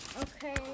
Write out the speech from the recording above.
okay